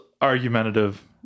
argumentative